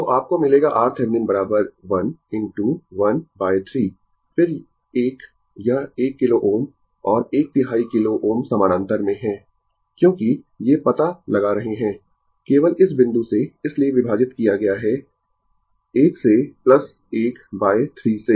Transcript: Refer Slide Time 0422 तो आपको मिलेगा RThevenin 1 इनटू 1 बाय 3 फिर एक यह 1 किलो Ω और 1 तिहाई किलो Ω समानांतर में है क्योंकि ये पता लगा रहे है केवल इस बिंदु से इसलिए विभाजित किया गया है 1 से 1 बाय 3 से